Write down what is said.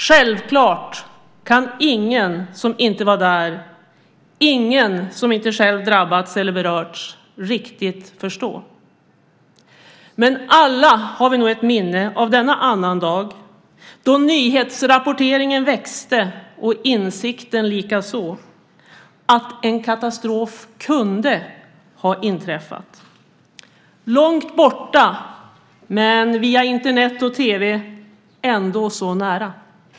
Självklart kan ingen som inte var där, ingen som inte själv drabbats eller berörts, riktigt förstå. Men alla har vi nog ett minne av denna annandag, då nyhetsrapporteringen växte, och insikten likaså, att en katastrof kunde ha inträffat - långt borta, men via Internet och tv ändå så nära.